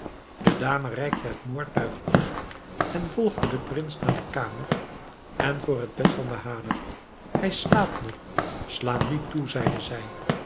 de dame reikte het moordtuig over en volgde den prins naar de kamer en voor het bed van bahader hij slaapt nog sla nu toe zeide zij